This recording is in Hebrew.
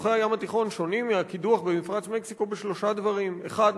קידוחי הים התיכון שונים מהקידוח במפרץ מקסיקו בשלושה דברים: אחד,